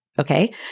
Okay